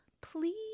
please